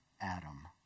Adam